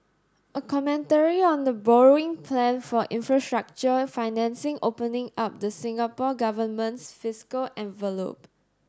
a commentary on the borrowing plan for infrastructure financing opening up the Singapore Government's fiscal envelope